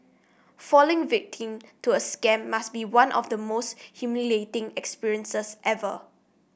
falling victim to a scam must be one of the most humiliating experiences ever